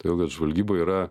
todėl kad žvalgyba yra